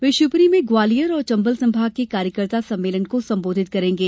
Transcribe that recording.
वे शिवपुरी में ग्वालियर और चंबल संभाग के कार्यकर्ता सम्मेलन को संबोधित करेंगे